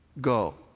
Go